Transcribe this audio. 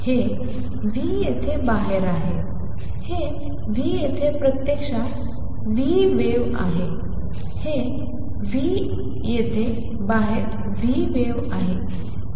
हे v येथे बाहेर आहे हे v येथे प्रत्यक्षात vwave आहे हे v येथे बाहेर vwave आहे